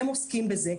הם עוסקים בזה.